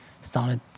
started